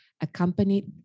accompanied